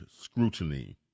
scrutiny